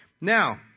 Now